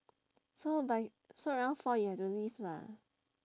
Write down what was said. so by so around four you have to leave lah